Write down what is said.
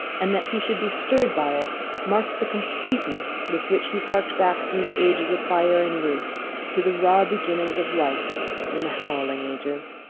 and that he should be stirred by it marked the completeness with which he harked back through the ages of fire and roof to the raw beginnings of life in the howling ages.